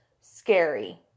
scary